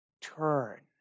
Turn